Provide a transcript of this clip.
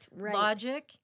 logic